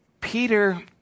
Peter